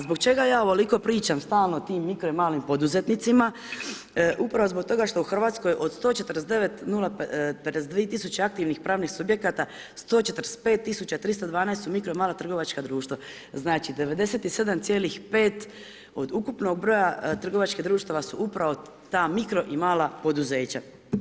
Zbog čega ja ovoliko pričam, stalo o tim mikro i malim poduzetnicima, upravo zbog toga što u Hrvatskoj, od 149, nula, 52 tisuće aktivnih pravnih subjekta, 145312 su mikro mala trgovačka društva, znači 97,5 od ukupnog broja trgovačkih društva su upravo ta mikro i mala poduzeća.